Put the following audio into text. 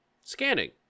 Scanning